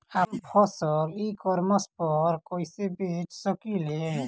आपन फसल e commerce पर कईसे बेच सकिले?